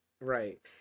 right